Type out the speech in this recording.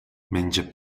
menja